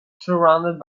surrounded